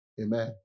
Amen